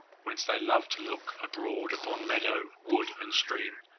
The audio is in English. whence they loved to look abroad upon meadow, wood, and stream.